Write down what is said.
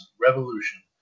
Revolution